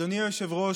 אדוני היושב-ראש,